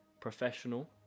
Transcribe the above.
professional